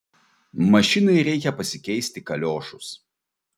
mašinai reikia pasikeisti kaliošus